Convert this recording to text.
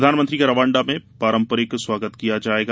प्रधानमंत्री का रवांडा में पारम्परिक स्वागत किया जाएगा